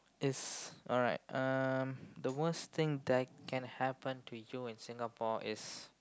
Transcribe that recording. is alright um the worst thing that can happen to you in Singapore is